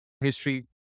history